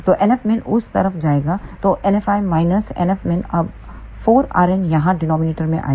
तो NFmin उस तरफ जाएगा तो NFi minus NFmin अब 4 rn यहां डिनॉमिनेटर में आएगा